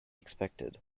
expected